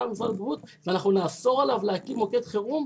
ממשרד הבריאות ואנחנו נאסור עליו להקים מוקד חירום,